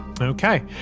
Okay